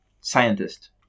scientist